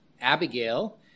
Abigail